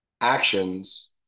actions